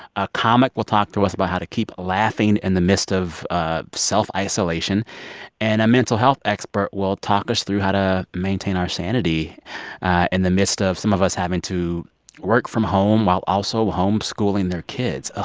a comic will talk to us about how to keep laughing in and the midst of ah self-isolation. and a mental health expert will talk us through how to maintain our sanity in and the midst of some of us having to work from home while also home schooling their kids. ah